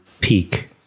peak